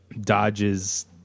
dodges